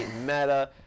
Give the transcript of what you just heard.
meta